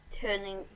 turning